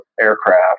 aircraft